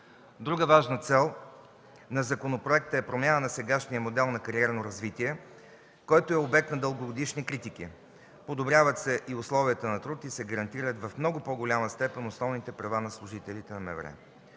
Друга важна цел на законопроекта е промяна на сегашния модел за кариерно развитие, който е обект на дългогодишни критики. Подобряват се и условията на труд и се гарантират в много по-голяма степен основните права на служителите на МВР.